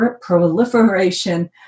proliferation